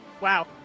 Wow